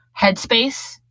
Headspace